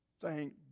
Thank